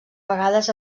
vegades